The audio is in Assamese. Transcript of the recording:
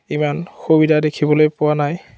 ইমান সুবিধা দেখিবলৈ পোৱা নাই